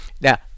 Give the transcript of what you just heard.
Now